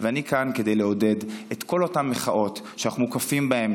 ואני כאן כדי לעודד את כל אותן מחאות שאנחנו מוקפים בהן כרגע,